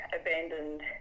abandoned